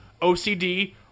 OCD